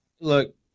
Look